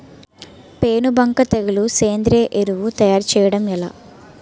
పేను బంక తెగులుకు సేంద్రీయ ఎరువు తయారు చేయడం ఎలా?